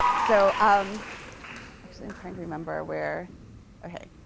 so um actually, i'm trying to remember where ok.